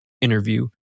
interview